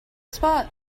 spot